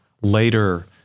later